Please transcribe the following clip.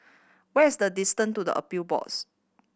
what is the distance to the Appeal Boards